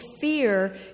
fear